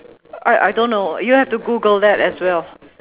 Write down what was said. I I don't know you have to Google that as well